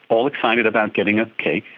all excited about getting a cake,